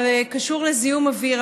קשור לזיהום אוויר,